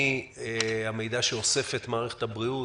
מהמידע שאוספת מערכת הבריאות,